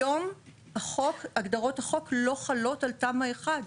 היום הגדרות החוק לא חלות על תמ"א 1,